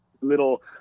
little